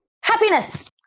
Happiness